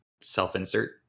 self-insert